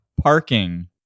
parking